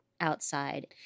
outside